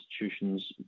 institutions